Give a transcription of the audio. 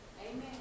Amen